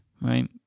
right